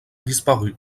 disparu